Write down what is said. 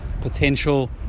potential